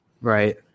Right